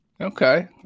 Okay